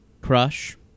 crush